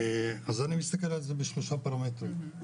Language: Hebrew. אז אני מסתכל על זה בשלושה פרמטרים.